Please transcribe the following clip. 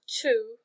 Two